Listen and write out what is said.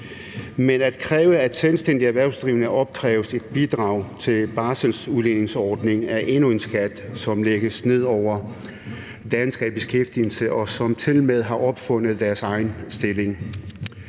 Men at kræve, at selvstændige erhvervsdrivende opkræves et bidrag til barselsudligningsordningen, er endnu en skat, som lægges ned over danskere i beskæftigelse, som tilmed har opfundet deres egen stilling.